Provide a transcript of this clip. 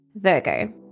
Virgo